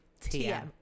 TM